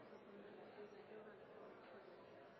mål å være dominerende på